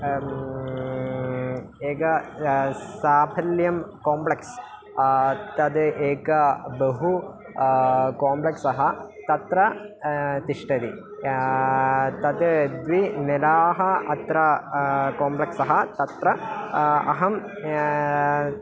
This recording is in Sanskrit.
एकं साफल्यं कोम्प्लेक्स् तत् एकं बहु कोम्प्लेक्सः तत्र तिष्ठति तत् द्वे मेलाः अत्र कोम्प्लेक्सः तत्र अहं